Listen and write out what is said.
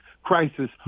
crisis